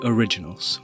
Originals